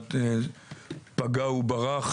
בבחינת פגע וברח,